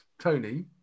tony